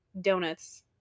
donuts